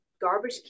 Garbage